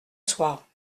soir